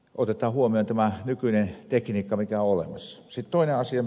otetaan huomioon tämä nykyinen tekniikka joka on olemassa